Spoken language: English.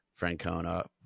Francona